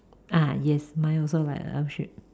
ah yes mine also like a L shape